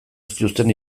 zituzten